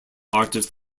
artist